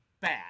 bad